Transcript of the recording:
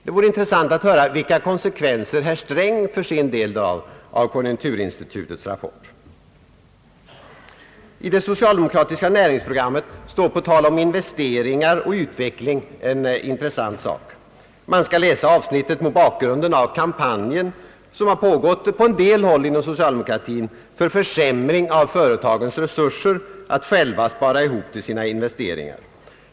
Det vore in tressant att höra vilka konsekvenser herr Sträng för sin del drar av konjunkturinstitutets rapport. I det socialdemokratiska näringsprogrammet står på tal om investeringar och utveckling en intressant sak. Man skall läsa avsnittet mot bakgrund av den kampanj som har pågått på en del håll inom socialdemokratin för försämring av företagens resurser att själva spara ihop till sina investeringar.